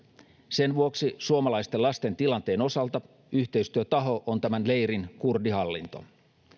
sen vuoksi suomalaisten lasten tilanteen osalta yhteistyötaho on tämän leirin kurdihallinto